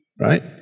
right